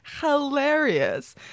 hilarious